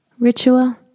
Ritual